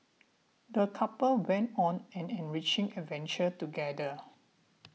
the couple went on an enriching adventure together